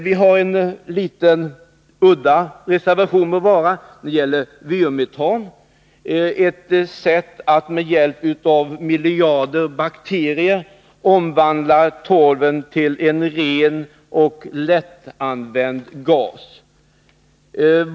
Vi har en litet udda reservation som gäller vyrmetan — ett sätt att med hjälp av miljarder bakterier omvandla torven till en ren och lättanvänd gas.